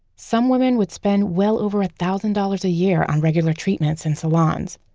some women would spend well over a thousand dollars a year on regular treatments in salons.